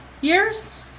years